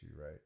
right